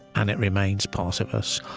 and it remains part of us.